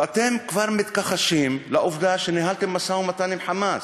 ואתם כבר מתכחשים לעובדה שניהלתם משא-ומתן עם "חמאס".